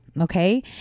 Okay